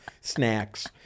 snacks